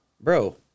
bro